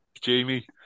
Jamie